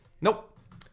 Nope